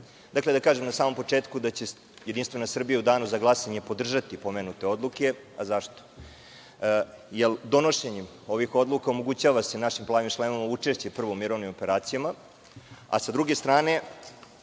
kažem na samom početku da će JS u Danu za glasanje podržati pomenute odluke. Zašto? Jer donošenjem ovih odluka omogućava se našim plavim šlemovima učešće prvo u mirovnim operacijama, a sa druge strane,